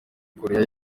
koreya